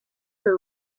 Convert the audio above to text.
for